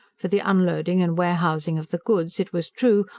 for the unloading and warehousing of the goods, it was true,